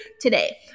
today